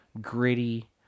gritty